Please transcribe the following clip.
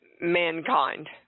mankind